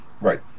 Right